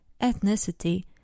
ethnicity